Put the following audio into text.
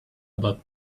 about